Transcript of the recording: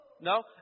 No